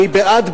אני בעד,